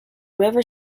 river